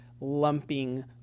lumping